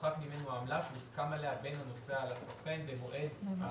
תופחת ממנו העמלה שהוסכם עליה בין הנוסע לסוכן במועד הרכישה.